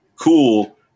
cool